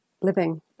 living